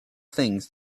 things